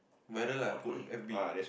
weather lah put F_B